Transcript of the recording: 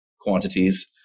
quantities